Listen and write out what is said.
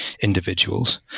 individuals